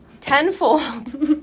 tenfold